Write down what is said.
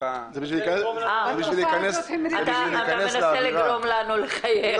בשביל להיכנס לאווירה....